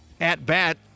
at-bat